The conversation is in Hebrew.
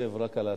חושב רק על עצמו.